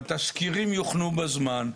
התזכירים יוכנו בזמן,